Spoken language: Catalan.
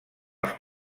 els